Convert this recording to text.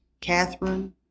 Catherine